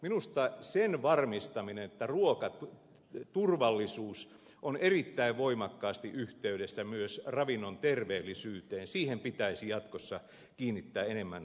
minusta sen varmistamiseen että ruokaturvallisuus on erittäin voimakkaasti yhteydessä myös ravinnon terveellisyyteen pitäisi jatkossa kiinnittää enemmän huomiota